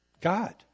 God